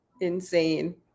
Insane